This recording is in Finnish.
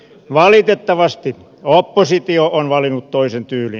valitettavasti oppositio on valinnut toisen tyylin